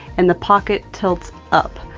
and the pocket tilts up,